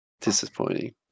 Disappointing